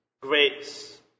grace